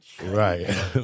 Right